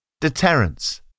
deterrence